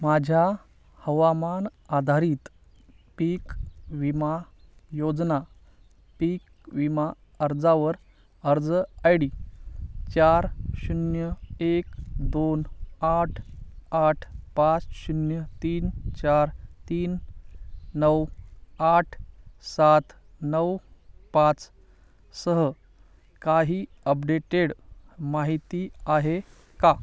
माझ्या हवामान आधारित पीक विमा योजना पीक विमा अर्जावर अर्ज आय डी चार शून्य एक दोन आठ आठ पाच शून्य तीन चार तीन नऊ आठ सात नऊ पाच सह काही अपडेटेड माहिती आहे का